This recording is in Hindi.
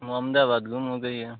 मोमदाबाद गुम हो गई है